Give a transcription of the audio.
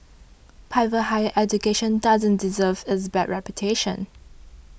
private higher education doesn't deserve its bad reputation